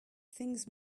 things